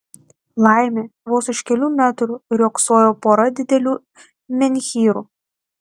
laimė vos už kelių metrų riogsojo pora didelių menhyrų